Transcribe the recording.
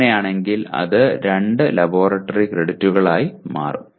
അങ്ങനെയാണെങ്കിൽ അത് 2 ലബോറട്ടറി ക്രെഡിറ്റുകൾ ആയി മാറും